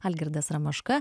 algirdas ramaška